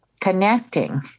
Connecting